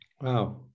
wow